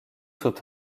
sont